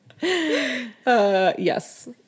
yes